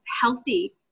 healthy